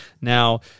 Now